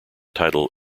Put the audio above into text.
title